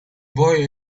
boy